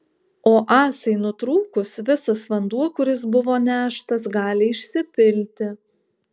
o ąsai nutrūkus visas vanduo kuris buvo neštas gali išsipilti